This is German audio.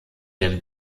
dem